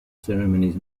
ceremonies